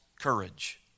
courage